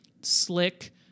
slick